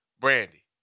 Brandy